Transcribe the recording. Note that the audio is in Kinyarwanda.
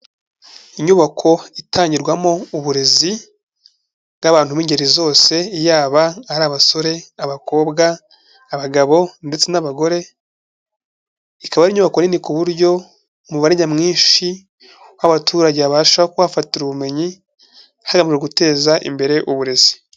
Inyubako itangirwamo uburezi bw'abantu b'ingeri zose yaba ari abasore, abakobwa, abagabo ndetse n'abagore, ikaba inyubako nini ku buryo umubare nyamwinshi w'abaturage babasha kuhafatira ubumenyi hagamijwe guteza imbere uburezi.